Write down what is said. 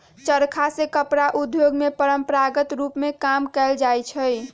चरखा से कपड़ा उद्योग में परंपरागत रूप में काम कएल जाइ छै